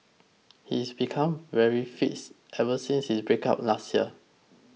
he's became very fit ever since his breakup last year